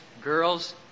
girls